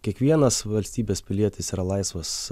kiekvienas valstybės pilietis yra laisvas